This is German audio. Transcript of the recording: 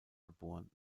geboren